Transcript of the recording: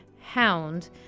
hound